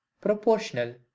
proportional